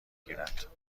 گیرد